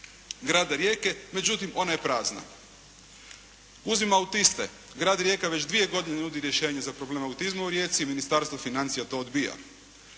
grada Rijeke, međutim ona je prazna. Uzmimo autiste. Grad Rijeka već dvije godine nudi rješenje za problem autizma u Rijeci. Ministarstvo financija to odbija.